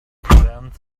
prevents